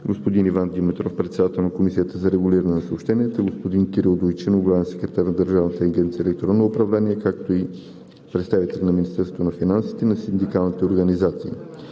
господин Иван Димитров – председател на Комисията за регулиране на съобщенията, господин Кирил Дойчинов – главен секретар на Държавна агенция „Електронно управление“, както и представители на Министерството на финансите и на синдикалните организации.